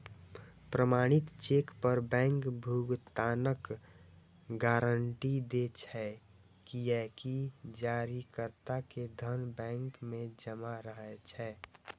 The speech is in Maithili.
प्रमाणित चेक पर बैंक भुगतानक गारंटी दै छै, कियैकि जारीकर्ता के धन बैंक मे जमा रहै छै